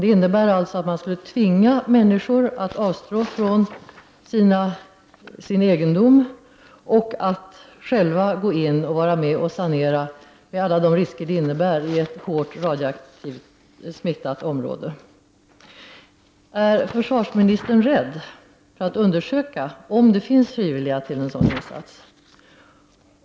Det innebär att man skulle tvinga människor att avstå från sin egendom och att själva vara med och sanera med alla de risker det innebär i ett kraftigt radioaktivt smittat område. Är försvarsministern rädd att undersöka om det finns människor som skulle ställa upp frivilligt för en sådan insats?